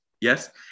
yes